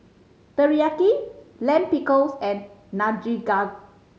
Teriyaki Lime Pickles and Nikujaga